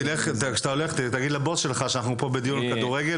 כאשר אתה הולך תגיד לבוס שלך שאתה בא מדיון על הכדורגל,